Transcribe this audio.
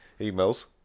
emails